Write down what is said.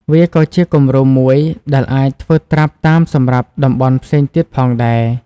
វាក៏ជាគំរូមួយដែលអាចធ្វើត្រាប់តាមសម្រាប់តំបន់ផ្សេងទៀតផងដែរ។